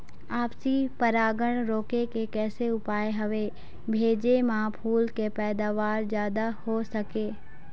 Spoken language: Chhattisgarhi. आपसी परागण रोके के कैसे उपाय हवे भेजे मा फूल के पैदावार जादा हों सके?